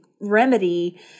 remedy